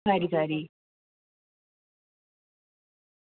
खरी खरी